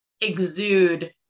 exude